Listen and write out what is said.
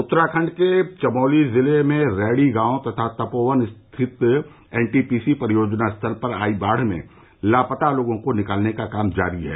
उत्तराखंड में चमौली जिले में रैणी गांव तथा तपोवन स्थित एन टी पी सी परियोजना स्थल पर आई बाढ में लापता लोगों को निकालने का काम जारी है